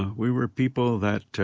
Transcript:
we were people that